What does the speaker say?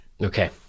Okay